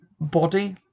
body